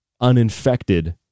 uninfected